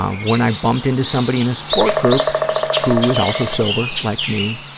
when i bumped into somebody in a support group who was also sober, like me,